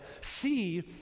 see